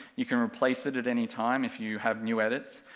you can replace it at any time if you have new edits,